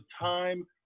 time